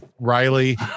Riley